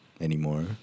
anymore